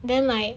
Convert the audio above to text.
then like